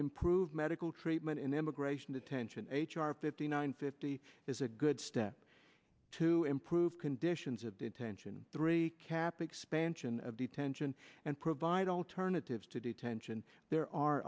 improve medical treatment in immigration detention h r fifty nine fifty is a good step to improve conditions of detention three cap expansion of detention and provide alternatives to detention there are